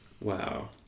Wow